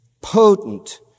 potent